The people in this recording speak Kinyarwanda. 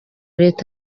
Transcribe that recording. let